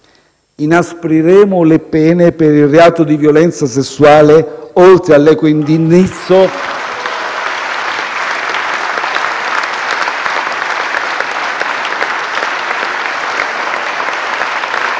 Inaspriremo le pene per il reato di violenza sessuale, oltre all'equo indennizzo